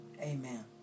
Amen